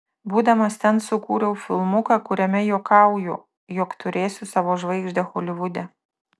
būdamas ten sukūriau filmuką kuriame juokauju jog turėsiu savo žvaigždę holivude